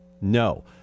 No